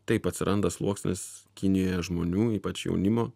taip atsiranda sluoksnis kinijoj žmonių ypač jaunimo